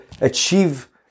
achieve